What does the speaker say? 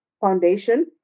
foundation